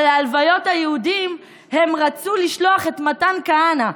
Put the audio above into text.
אבל להלוויות היהודים הם רצו לשלוח את מתן כהנא,